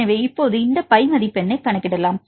எனவே இப்போது இந்த பை மதிப்பெண்ணைக் கணக்கிட்டனர்